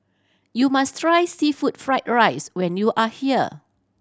you must try seafood fried rice when you are here